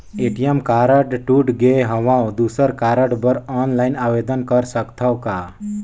ATM card टूट गे हववं दुसर कारड बर ऑनलाइन आवेदन कर सकथव का?